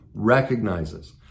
recognizes